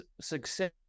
success